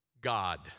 God